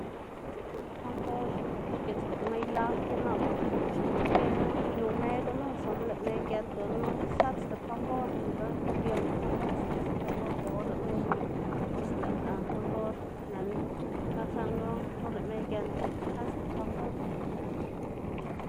Dzekna tambor xgitsgama yag xki nap xki yu me, gunu sono lëꞌ me giendga gunu sëtsda tambor nika kobiema tambor sëtsda tambor, ber or lëꞌ me yuwu bos lëꞌ tambor nën ga saꞌnga or lëꞌ me giende sëtsda tambor.